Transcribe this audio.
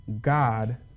God